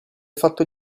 fatto